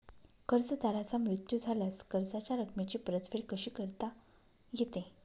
कर्जदाराचा मृत्यू झाल्यास कर्जाच्या रकमेची परतफेड कशी करता येते?